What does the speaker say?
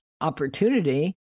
opportunity